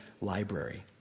library